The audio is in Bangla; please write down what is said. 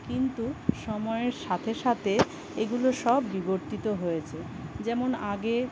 কিন্তু সময়ের সাথে সাথে এগুলো সব বিবর্তিত হয়েছে যেমন আগে